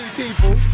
people